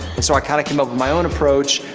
and so i kind of came up with my own approach,